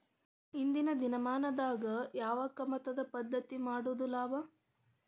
ಇಂದಿನ ದಿನಮಾನದಾಗ ಯಾವ ಕಮತದ ಪದ್ಧತಿ ಮಾಡುದ ಲಾಭ?